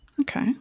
Okay